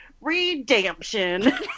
redemption